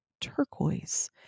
turquoise